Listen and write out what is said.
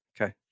Okay